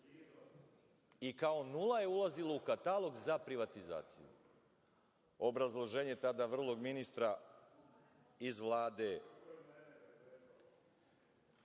I kao nula je ulazila u katalog za privatizaciju. Obrazloženje tada vrlo ministra iz Vlade,